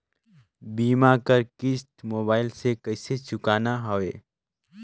बीमा कर किस्त मोबाइल से कइसे चुकाना हवे